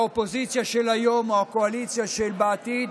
האופוזיציה של היום, הקואליציה של העתיד,